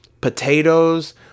potatoes